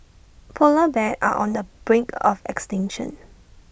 Polar Bears are on the brink of extinction